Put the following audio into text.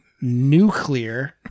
nuclear